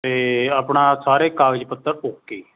ਅਤੇ ਆਪਣਾ ਸਾਰੇ ਕਾਗਜ਼ ਪੱਤਰ ਓਕੇ